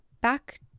back